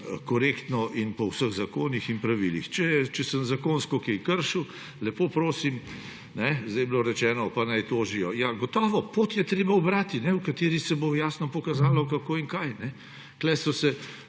korektno in po vseh zakonih in pravilih. Če sem zakonsko kaj kršil, lepo prosim, zdaj je bilo rečeno, »pa naj tožijo«. Ja, gotovo, treba je ubrati pot, v kateri se bo jasno pokazalo, kako in kaj. Tukaj so se